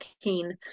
keen